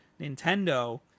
nintendo